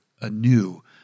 anew